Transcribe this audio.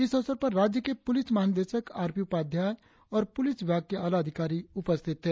इस अवसर पर राज्य के पुलिस महानिदेशक आर पी उपाध्याय और पुलिस विभाग के आला अधिकारी उपस्थित थे